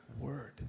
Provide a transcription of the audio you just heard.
word